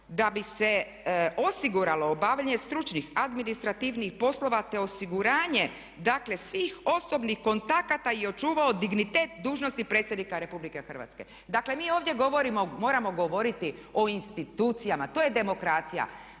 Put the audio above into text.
da bi se osiguralo obavljanje stručnih administrativnih poslova te osiguranje dakle svih osobnih kontakata i očuvao dignitet dužnosti predsjednika Republike Hrvatske. Dakle, mi ovdje moramo govoriti o institucijama, to je demokracija.